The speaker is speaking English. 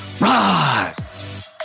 rise